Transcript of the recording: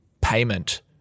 payment